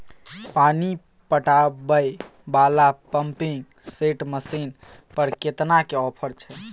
पानी पटावय वाला पंपिंग सेट मसीन पर केतना के ऑफर छैय?